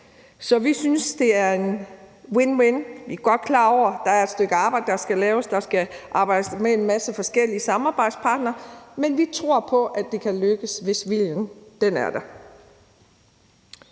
Så vi synes, det er en win-win-situation. Vi er godt klar over, at der er et stykke arbejde, der skal laves – der skal arbejdes med en masse forskellige samarbejdspartnere – men vi tror på, at det kan lykkes, hvis viljen er der.